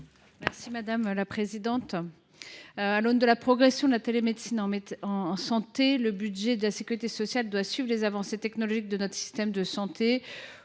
Mme Anne Souyris. À l’aune de la progression de la télémédecine en santé, le budget de la sécurité sociale doit suivre les avancées technologiques de notre système de santé.